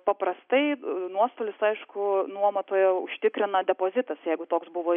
paprastai nuostolius aišku nuomotojo užtikrina depozitas jeigu toks buvo